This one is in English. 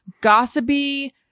gossipy